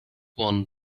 one